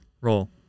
Roll